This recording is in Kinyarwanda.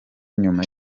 nyuma